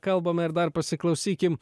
kalbame ir dar pasiklausykim